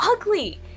ugly